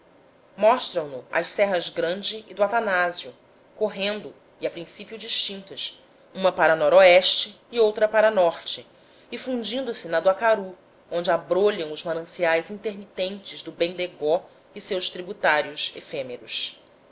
mostram se as serras grande e do atanásio correndo e a princípio distintas uma para no e outra para n e fundindo se na do acaru onde abrolham os mananciais intermitentes do bendegó e seus tributários efêmeros